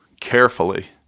carefully